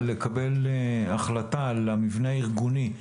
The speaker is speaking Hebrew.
לקבל החלטה על המבנה הארגוני,